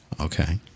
Okay